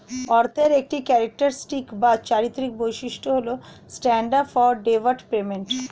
অর্থের একটি ক্যারেক্টারিস্টিক বা চারিত্রিক বৈশিষ্ট্য হল স্ট্যান্ডার্ড অফ ডেফার্ড পেমেন্ট